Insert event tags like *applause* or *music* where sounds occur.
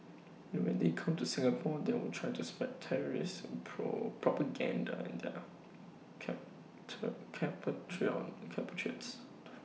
and when they come to Singapore they will try to spread terrorist pro propaganda to their *unintelligible* compatriots